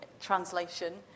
translation